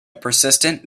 persistent